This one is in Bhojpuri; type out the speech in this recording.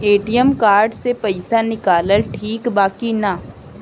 ए.टी.एम कार्ड से पईसा निकालल ठीक बा की ना?